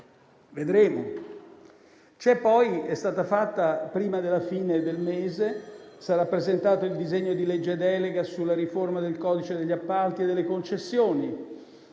vedremo. Prima della fine del mese sarà presentato il disegno di legge delega sulla riforma del codice degli appalti e delle concessioni.